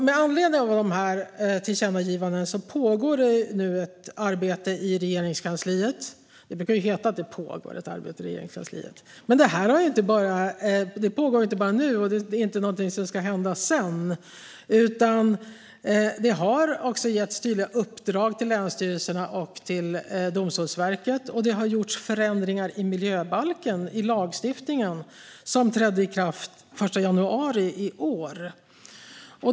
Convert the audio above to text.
Med anledning av dessa tillkännagivanden pågår nu ett arbete i Regeringskansliet. Det brukar ju heta att det pågår ett arbete i Regeringskansliet, men det här är inte något som bara ska ske på sikt, utan det har redan getts tydliga uppdrag till länsstyrelserna och Domstolsverket, och det har också gjorts förändringar i lagstiftningen, i miljöbalken, som trädde i kraft den 1 januari i år.